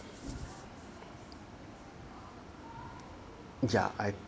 ya I